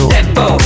Tempo